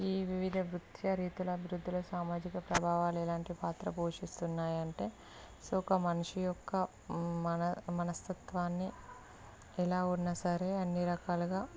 ఈ వివిధ నృత్య రీతిలో అభివృద్ధిలో సామాజిక ప్రభావాలు ఎలాంటి పాత్ర పోషిస్తున్నాయి అంటే సో ఒక మనిషి యొక్క మన మనస్తత్వాన్ని ఎలా ఉన్నా సరే అన్నీ రకాలుగా